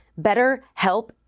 BetterHelp